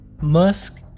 Musk